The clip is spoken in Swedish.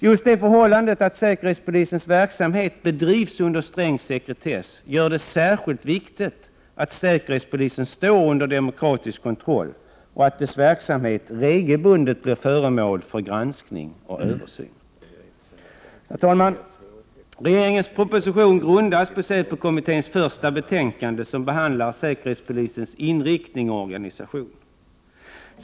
Just det förhållandet att säkerhetspolisens verksamhet bedrivs under sträng sekretess gör det särskilt viktigt att säkerhetspolisen står under 119 demokratisk kontroll och att dess verksamhet regelbundet blir föremål för granskning och översyn. Regeringens proposition grundas på säpokommitténs första betänkande, som handlar om säkerhetspolisens inriktning och organisation.